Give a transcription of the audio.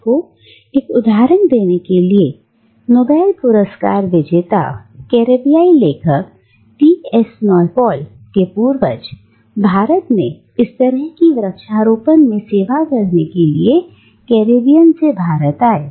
आपको एक उदाहरण देने के लिए नोबेल पुरस्कार विजेता कैरेबियाई लेखक वी एस नायपॉल के पूर्वज भारत में इस तरह की वृक्षारोपण में सेवा करने के लिए कैरेबियन से भारत आए